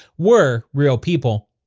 were real people.